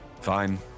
Fine